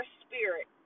spirit